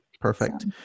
Perfect